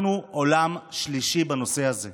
אנחנו עולם שלישי בנושא הזה.